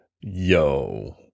Yo